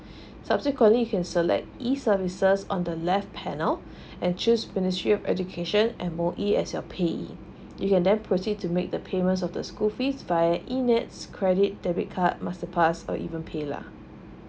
subsequently you can select E services on the left panel and choose ministry of education M_O_E as your pay you and then proceed to make the payment of the school fees via E nets credit debit card master pass or even paylah